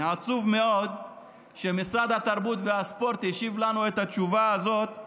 אני עצוב מאוד שמשרד התרבות והספורט השיב לנו את התשובה הזאת,